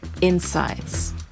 insights